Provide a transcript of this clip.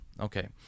okay